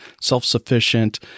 self-sufficient